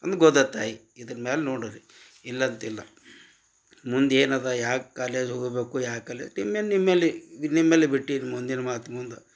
ಒಂದು ಗೋದತಾಯಿ ಇದರ ಮ್ಯಾಲ ನೋಡರಿ ಇಲ್ಲಂತಿಲ್ಲ ಮುಂದೇನು ಅದ ಯಾಕೆ ಕಾಲೇಜ್ ಹೋಬೇಕು ಯಾವ ಕಾಲೇಜ್ ನಿಮ್ಮಲ್ಲಿ ನಿಮ್ಮಲ್ಲಿ ನಿಮ್ಮಲ್ಲಿ ಬಿಟ್ಟಿದ್ದು ಮುಂದಿನ ಮಾತು ಮುಂದೆ